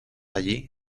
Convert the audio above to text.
allí